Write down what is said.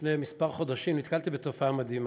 לפני כמה חודשים, כשנתקלתי בתופעה מדהימה,